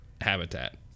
habitat